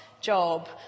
job